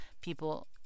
people